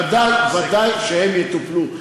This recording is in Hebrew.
ודאי שהם יטופלו.